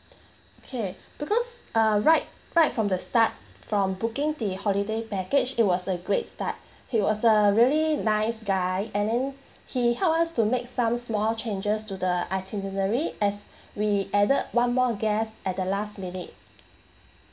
okay because uh right right from the start from booking the holiday package it was a great start he was a really nice guy and then he helped us to make some small changes to the itinerary as we added one more guest at the last minute